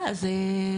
אה זה פשוט,